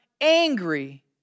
angry